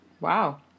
Wow